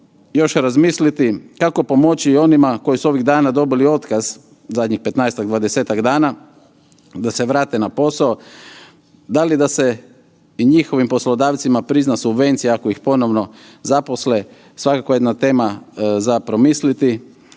još razmisliti kako pomoći onima koji su ovih dana dobili otkaz zadnjih 15-tak, 20-tak dana, da se vrate na posao, da li da se i njihovim poslodavcima prizna subvencija ako ih ponovno zaposle, svakako jedna tema za promisliti